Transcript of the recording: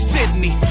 Sydney